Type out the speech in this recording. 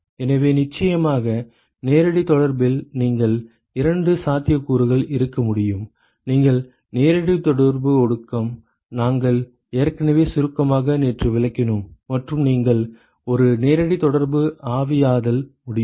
எனவே நிச்சயமாக நேரடி தொடர்பில் நீங்கள் இரண்டு சாத்தியக்கூறுகள் இருக்க முடியும் நீங்கள் நேரடி தொடர்பு ஒடுக்கம் நாங்கள் ஏற்கனவே சுருக்கமாக நேற்று விளக்கினோம் மற்றும் நீங்கள் ஒரு நேரடி தொடர்பு ஆவியாதல் முடியும்